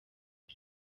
uko